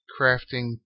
crafting